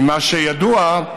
ממה שידוע,